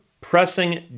pressing